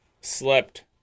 slept